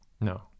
No